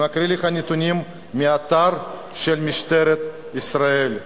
נתונים מאתר משטרת ישראל.